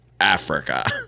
africa